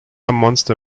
monster